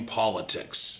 politics